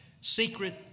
secret